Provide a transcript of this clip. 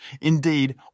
Indeed